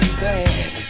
bad